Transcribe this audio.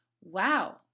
wow